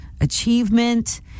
achievement